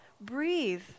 Breathe